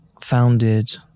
founded